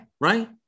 right